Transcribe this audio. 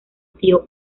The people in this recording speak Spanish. tío